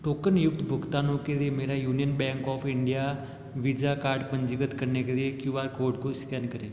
token युक्त भुगतानों के लिए मेरा union bank of India visa card पंजीकृत करने के लिए क्यू आर कोड को स्कैन करें